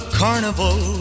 carnival